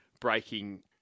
breaking